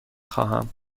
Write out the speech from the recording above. خواهم